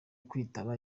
kwitaba